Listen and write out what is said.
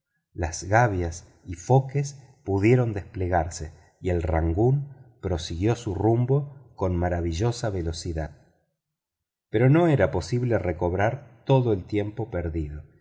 las gavias y foques pudieron desplegarse y el rangoon prosiguió su rumbo con maravillosa velocidad pero no era posible recobrar todo el tiempo perdido